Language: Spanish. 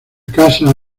casa